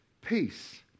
peace